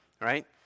right